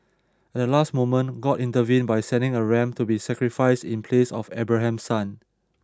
at the last moment God intervened by sending a ram to be sacrificed in place of Abraham's son